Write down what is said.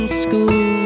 school